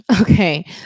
Okay